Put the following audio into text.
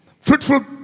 Fruitful